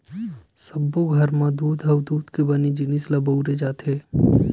सब्बो घर म दूद अउ दूद के बने जिनिस ल बउरे जाथे